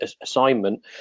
assignment